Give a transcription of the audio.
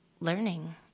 learning